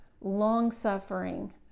long-suffering